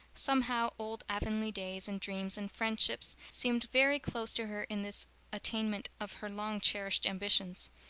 somehow, old avonlea days and dreams and friendships seemed very close to her in this attainment of her long-cherished ambitions.